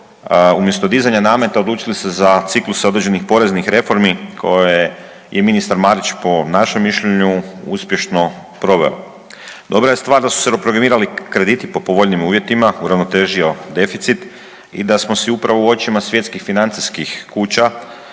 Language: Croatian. umjesto dizanja nameta odlučili se za cikluse određenih poreznih reformi, koje je ministar Marić po našem mišljenju uspješno proveo. Dobra je stvar da su se reprogramirali krediti po povoljnijim uvjetima, uravnotežio deficit i da smo si upravo u očima svjetskih financijskih kuća